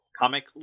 Comic